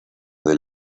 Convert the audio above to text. del